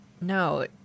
no